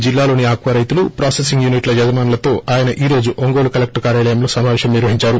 జిల్లాలోని ఆక్సా రైతులు ప్రాససింగ్ యూనిట్ల యజమానులతో ఆయన ఈ రోజు ఒంగోలు కలెక్లర్ కార్యాలయంలో సమాపేశం నిర్వహించారు